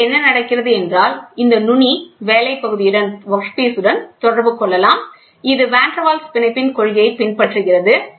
எனவே இங்கே என்ன நடக்கிறது என்றால் இந்த நுனி வேலைத் பகுதியுடன் தொடர்பு கொள்ளலாம் இது வான் டெர் வால்ஸ்பிணைப்பின் கொள்கையைப் பின்பற்றுகிறது